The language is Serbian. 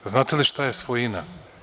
Znate li šta je svojina?